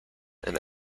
and